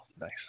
Nice